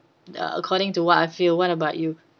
uh according to what I feel what about you